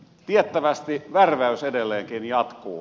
tiettävästi värväys edelleenkin jatkuu